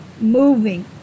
moving